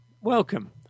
welcome